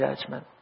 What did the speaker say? judgment